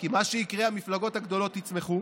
כי מה שיקרה הוא שהמפלגות הגדולות יצמחו.